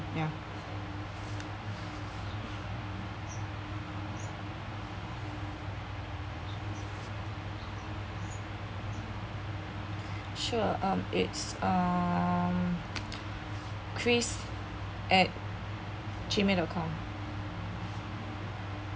ya sure um it's um queeze at gmail dot com